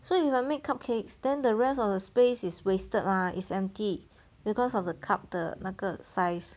so if I make cupcakes then the rest of the space is wasted lah it's empty because of the cup 的那个 size